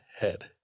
head